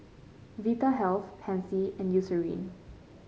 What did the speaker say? Vitahealth Pansy and Eucerin